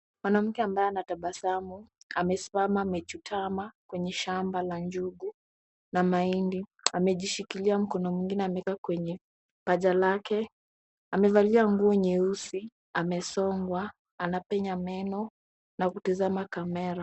Mwanamke ambaye anatabasamu, amesimama, amechutama, kwenye shamba la njugu na mahindi. Ameshikilia mkono mwingine ameweka kwenye paja lake. Amevalia nguo nyeusi. Amesongwa. Amepenya meno, na kutazama kamera.